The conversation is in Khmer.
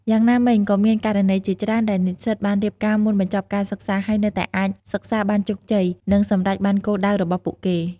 យ៉ាងណាមិញ ក៏មានករណីជាច្រើនដែលនិស្សិតបានរៀបការមុនបញ្ចប់ការសិក្សា ហើយនៅតែអាចសិក្សាបានជោគជ័យ និងសម្រេចបានគោលដៅរបស់ពួកគេ។